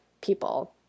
people